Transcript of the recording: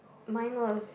mine was